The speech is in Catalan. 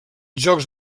jocs